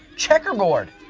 checkerboard!